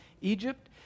Egypt